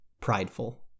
prideful